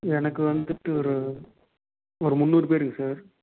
எனக்கு வந்துவிட்டு ஒரு ஒரு முந்நூறு பேருக்கு சார்